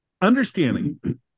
understanding